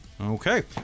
Okay